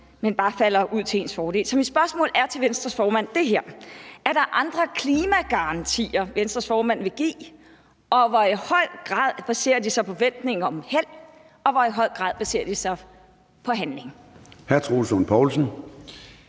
som bare falder ud til ens fordel. Så mit spørgsmål til Venstres formand er: Er der andre klimagarantier, Venstres formand vil give, og i hvor høj grad baserer de sig på forventninger om held, og i hvor høj grad baserer de så på handling? Kl. 13:26 Formanden